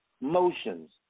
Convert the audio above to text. motions